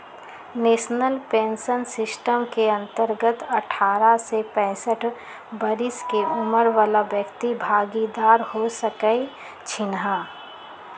national pension system के अंतर्गत अठारह से पैंसठ बरिश के उमर बला व्यक्ति भागीदार हो सकइ छीन्ह